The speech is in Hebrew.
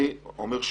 אני אומר שוב.